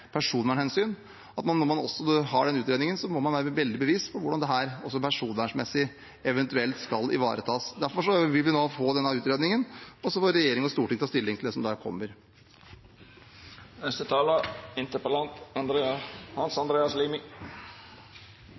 denne utredningen, må man være veldig bevisst på hvordan dette eventuelt skal ivaretas også personvernmessig. Derfor vil vi nå få denne utredningen, og så får regjering og storting ta stilling til det som der kommer.